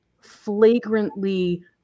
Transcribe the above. flagrantly